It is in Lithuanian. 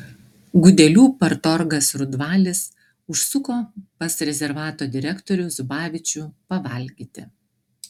gudelių partorgas rudvalis užsuko pas rezervato direktorių zubavičių pavalgyti